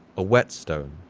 a whetstone,